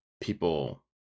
people